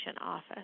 office